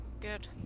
Good